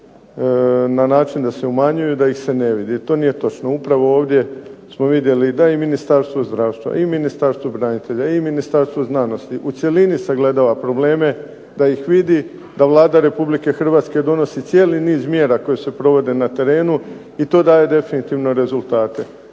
na način da se umanjuju, da ih se ne vidi. To nije točno. Upravo ovdje smo vidjeli da i Ministarstvo zdravstva, i Ministarstvo branitelja, i Ministarstvo znanosti u cjelini sagledava probleme, da ih vidi, da Vlada Republike Hrvatske donosi cijeli niz mjera koje se provode na terenu i to daje definitivno rezultate.